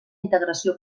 integració